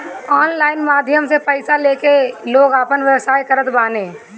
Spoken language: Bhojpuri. ऑनलाइन माध्यम से पईसा लेके लोग आपन व्यवसाय करत बाने